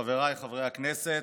חבריי חברי הכנסת,